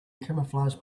camouflage